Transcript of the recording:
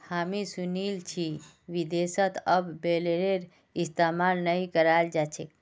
हामी सुनील छि विदेशत अब बेलरेर इस्तमाल नइ कराल जा छेक